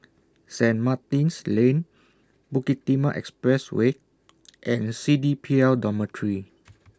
Saint Martin's Lane Bukit Timah Expressway and C D P L Dormitory